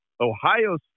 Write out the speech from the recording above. Ohio